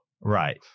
Right